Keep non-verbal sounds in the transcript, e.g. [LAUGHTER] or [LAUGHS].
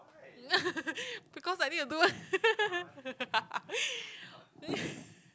[LAUGHS] because I need to do [LAUGHS]